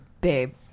babe